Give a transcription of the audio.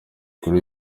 kuri